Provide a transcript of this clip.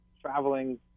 traveling